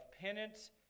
penance